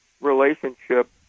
relationship